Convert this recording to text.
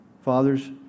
Fathers